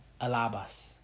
Alabas